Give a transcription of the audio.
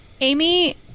amy